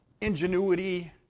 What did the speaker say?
ingenuity